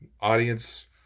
audience